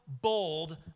bold